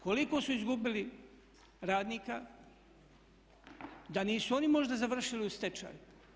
Koliko su izgubili radnika, da nisu oni možda završili u stečaju?